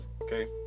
okay